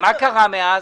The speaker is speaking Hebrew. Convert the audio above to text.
מה קרה מאז?